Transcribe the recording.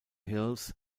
hills